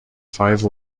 five